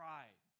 Pride